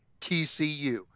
TCU